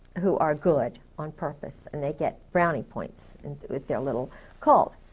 who are good, on purpose and they get brownie points, and they're little cold.